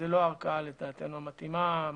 זו לא ערכאה לדעתנו המתאימה המעשית.